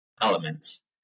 elements